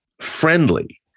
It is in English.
friendly